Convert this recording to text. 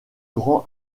grands